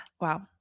Wow